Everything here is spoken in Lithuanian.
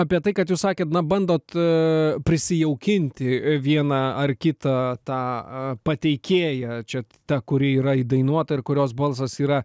apie tai kad jūs sakėt na bandot prisijaukinti vieną ar kitą tą pateikėją čia ta kuri yra įdainuota ir kurios balsas yra